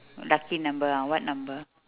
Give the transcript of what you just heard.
lucky number ah what number